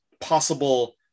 possible